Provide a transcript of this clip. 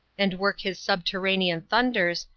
and work his subterranean thunders,